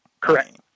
correct